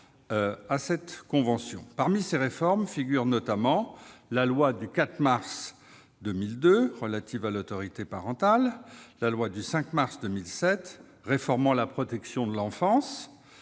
cette convention. Parmi ces réformes figurent notamment la loi du 4 mars 2002 relative à l'autorité parentale, la loi du 5 mars 2007 réformant la protection de l'enfance